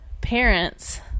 parents